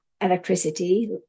electricity